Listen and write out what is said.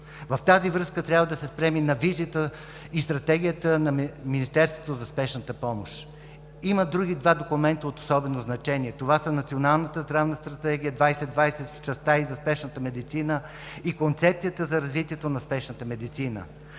В тази връзка трябва да се спрем и на визията и Стратегията на Министерството за спешната помощ. Има други два документа от особено значение. Това са Националната здравна стратегия 2020 в частта й за спешната медицина и Концепцията за развитието на спешната медицина.